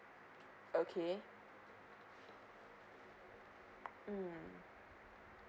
okay um